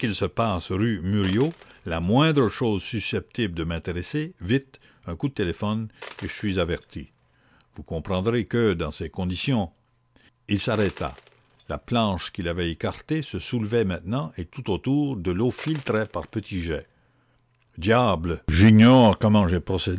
se passe rue murillo la moindre chose susceptible de m'intéresser vite un coup de téléphone et je suis averti vous comprendrez que dans ces conditions il s'arrêta la planche qu'il avait écartée se soulevait maintenant et tout autour de l'eau filtrait par petits jets diable j'ignore comment j'ai